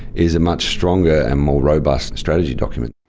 is a much stronger and more robust and strategy document.